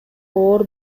оор